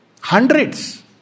hundreds